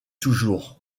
toujours